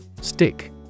Stick